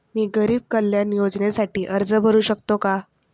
मी गरीब कल्याण योजनेसाठी अर्ज भरू शकतो का?